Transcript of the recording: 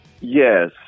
Yes